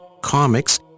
comics